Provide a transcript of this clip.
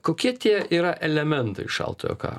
kokie tie yra elementai šaltojo karo